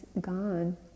gone